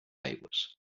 aigües